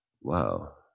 wow